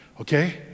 okay